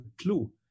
clue